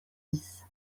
dix